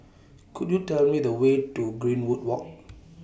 Could YOU Tell Me The Way to Greenwood Walk